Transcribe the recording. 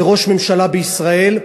וראש ממשלה בישראל,